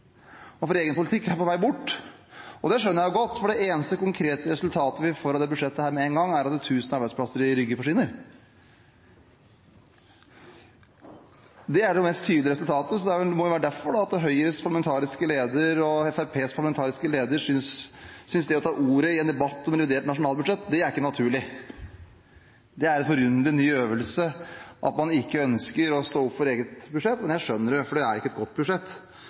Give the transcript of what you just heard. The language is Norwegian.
og for egen politikk på vei bort. Og det skjønner jeg godt, for det eneste konkrete resultatet vi får av dette budsjettet med en gang, er at 1 000 arbeidsplasser i Rygge forsvinner. Det er det mest tydelige resultatet, og det må være derfor Høyres parlamentariske leder og Fremskrittspartiets parlamentariske leder synes at det å ta ordet i en debatt om revidert nasjonalbudsjett ikke er naturlig. Det er en forunderlig ny øvelse at man ikke ønsker å stå opp for eget budsjett. Men jeg skjønner det, for det er ikke et godt budsjett.